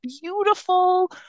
beautiful